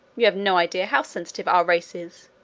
you have no idea how sensitive our race is.